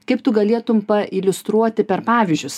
kaip tu galėtum pailiustruoti per pavyzdžius